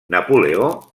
napoleó